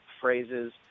phrases